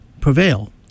prevail